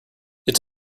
it’s